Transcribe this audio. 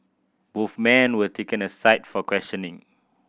both men were taken aside for questioning